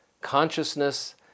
consciousness